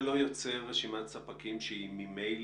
וזו אחת הסוגיות שהבאנו --- זה לא יוצר רשימת ספקים שהיא ממילא